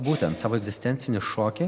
būtent savo egzistencinį šokį